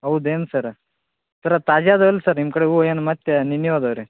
ಹೌದೇನು sir sir ಅದು ತಾಜಾ ಅದಾವೆ ಅಲ್ಲಿ ಸರ್ ನಿಮ್ಮ ಕಡೆ ಹೂವು ಏನು ಮತ್ತೆ ನಿನ್ನೇವು ಅದಾವೆ ರೀ